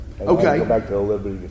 Okay